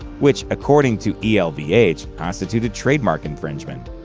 which, according to elvh, constituted trademark infringement.